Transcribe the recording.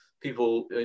people